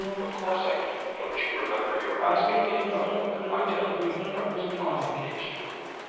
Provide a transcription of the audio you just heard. of course i do. don't you remember your asking me about him, and my telling you that i was not engaged to him?